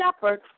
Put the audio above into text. shepherd